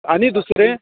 आनी दुसरे